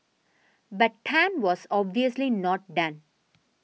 but Tan was obviously not done